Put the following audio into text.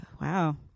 Wow